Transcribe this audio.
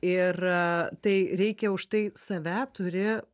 ir tai reikia už tai save turi